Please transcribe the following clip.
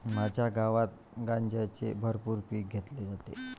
माझ्या गावात गांजाचे भरपूर पीक घेतले जाते